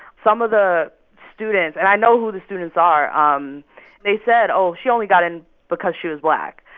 some of the students and i know who the students are. um they said, oh, she only got in because she was black.